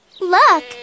Look